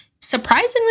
surprisingly